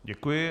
Děkuji.